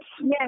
Yes